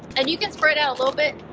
and you can spread out a little bit.